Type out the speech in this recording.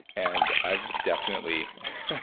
and i've definitely,